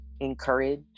encourage